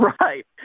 Right